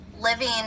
living